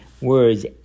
words